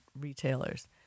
retailers